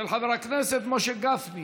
של חברי הכנסת משה גפני,